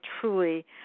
truly